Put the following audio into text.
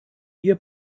ihr